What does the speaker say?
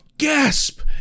Gasp